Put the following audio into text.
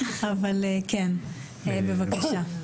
בבקשה.